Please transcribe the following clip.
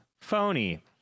Phony